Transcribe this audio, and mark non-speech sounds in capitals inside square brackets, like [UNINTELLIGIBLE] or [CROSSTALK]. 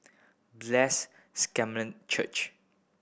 Blessed [UNINTELLIGIBLE] Church